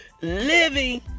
living